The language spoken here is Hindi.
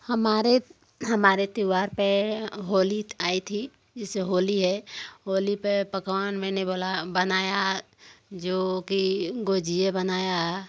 हमारे हमारे त्यौहार पर होली आई थी जैसे होली है होली पर पकवान मैंने बोला बनाया जो कि गुझिया बनाई